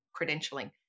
credentialing